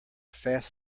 fast